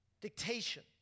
Dictation